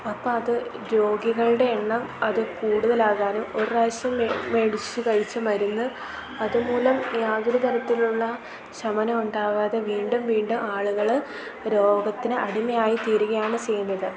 അപ്പം അത് രോഗികളുടെ എണ്ണം അത് കൂടുതലാകാനും ഒരു പ്രാവശ്യം മേടിച്ചു കഴിച്ച മരുന്ന് അതുമൂലം യാതൊരു തരത്തിലുള്ള ശമനം ഉണ്ടാവാതെ വീണ്ടും വീണ്ടും ആളുകൾ രോഗത്തിന് അടിമയായി തീരുകയാണ് ചെയ്യുന്നത്